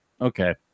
Okay